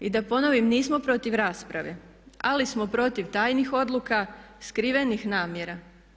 I da ponovim, nismo protiv rasprave ali smo protiv tajnih odluka skrivenih namjera.